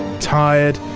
tired,